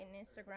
Instagram